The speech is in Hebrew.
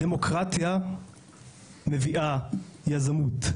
דמוקרטיה מביאה יזמות,